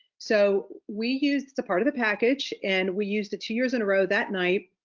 so we used the part of the package and we used it two years in a row that night.